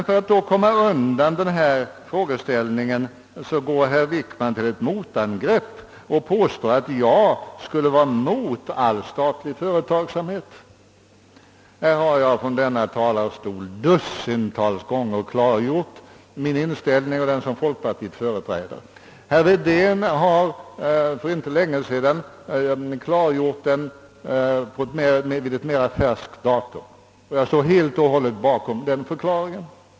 För att komma undan denna frågeställning går herr Wickman till motangrepp och påstår att vi skulle vara emot all statlig företagsamhet. Här har jag från denna talarstol dussintals gånger klargjort min inställning och den som folkpartiet företräder i denna fråga. Herr Wedén har för inte så länge sedan, alltså vid ett mera färskt datum, klargjort den, och jag står helt bakom den förklaringen.